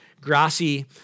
grassy